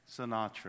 Sinatra